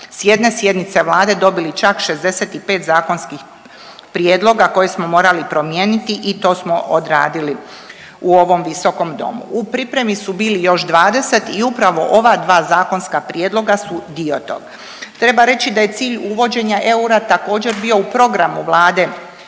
s jedne sjednice vlade dobili čak 65 zakonskih prijedloga koje smo morali promijeniti i to smo odradili u ovom visokom domu. U pripremi su bili još 20 i upravo ova dva zakonska prijedloga su dio tog. Treba reći da je cilj uvođenja eura također bio u programu Vlade